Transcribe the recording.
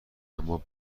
اما